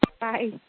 Bye